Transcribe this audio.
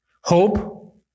Hope